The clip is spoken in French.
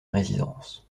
résidence